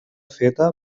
feta